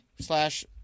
slash